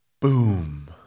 Boom